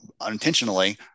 unintentionally